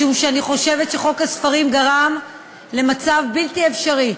משום שאני חושבת שחוק הספרים גרם למצב בלתי אפשרי: